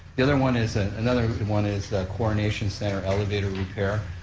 the other one is, another one is coronation center elevator repair.